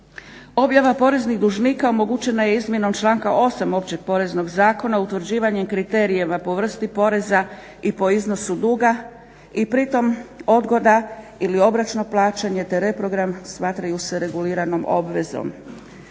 Objava poreznih dužnika omogućena je izmjenom članka 8. Općeg poreznog zakona, utvrđivanjem kriterija po vrsti poreza i po iznosu duga i pri tome odgoda ili obročno plaćanje te reprogram smatraju se reguliranom obvezom.